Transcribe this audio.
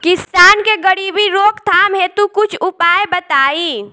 किसान के गरीबी रोकथाम हेतु कुछ उपाय बताई?